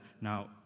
now